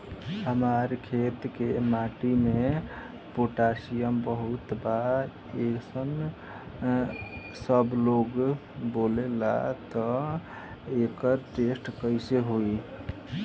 हमार खेत के माटी मे पोटासियम बहुत बा ऐसन सबलोग बोलेला त एकर टेस्ट कैसे होई?